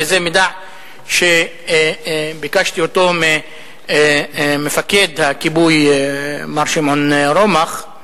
וזה מידע שביקשתי ממפקד הכיבוי מר שמעון רומח,